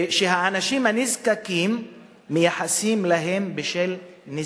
והאנשים הנזקקים מייחסים להם בשל נזקקות.